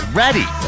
ready